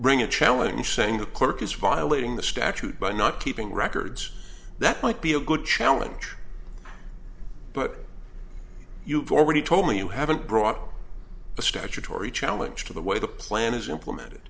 bring a challenge saying the clerk is violating the statute by not keeping records that might be a good challenge but you've already told me you haven't brought a statutory challenge to the way the plan is implemented